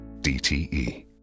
DTE